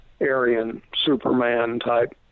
Aryan-Superman-type